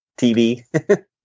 TV